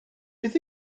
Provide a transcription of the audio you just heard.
beth